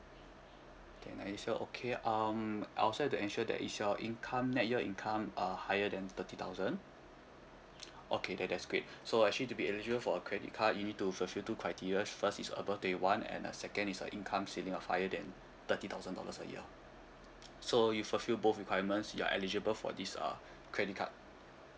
twenty nine this year okay um I also have to ensure that is your income net year income uh higher than thirty thousand okay then that's great so actually to be eligible for a credit card you need to fulfil two criterias first is above twenty one and uh second is uh income ceiling of higher than thirty thousand dollars a year so you fulfil both requirements you are eligible for this uh credit card